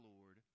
Lord